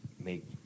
make